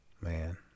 Man